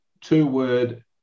two-word